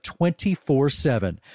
24-7